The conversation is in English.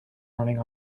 running